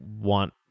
want